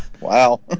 Wow